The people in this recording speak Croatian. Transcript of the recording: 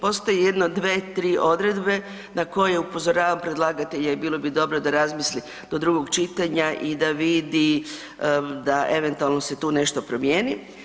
Postoji, postoji jedno dve, tri odredbe na koje upozoravam predlagatelja i bilo bi dobro da razmisli do drugog čitanja i da vidi da eventualno se tu nešto promijeni.